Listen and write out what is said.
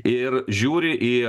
ir žiūri į